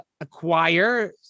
acquire